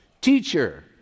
Teacher